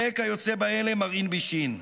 וכיוצא באלה מרעין בישין.